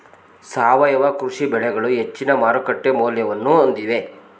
ಸಾವಯವ ಕೃಷಿ ಬೆಳೆಗಳು ಹೆಚ್ಚಿನ ಮಾರುಕಟ್ಟೆ ಮೌಲ್ಯವನ್ನು ಹೊಂದಿವೆ